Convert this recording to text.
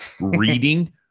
reading